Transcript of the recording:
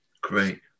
Great